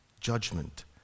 judgment